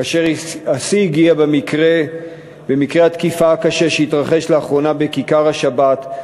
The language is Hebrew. כאשר השיא הגיע במקרה התקיפה הקשה שהתרחש לאחרונה בכיכר-השבת,